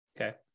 Okay